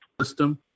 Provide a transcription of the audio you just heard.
system